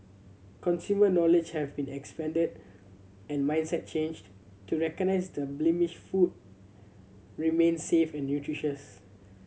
consumer knowledge have been expanded and mindset changed to recognize that blemished food remains safe and nutritious